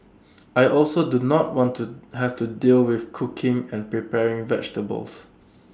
I also do not want to have to deal with cooking and preparing vegetables